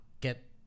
get